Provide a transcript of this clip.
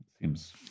Seems